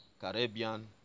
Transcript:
Caribbean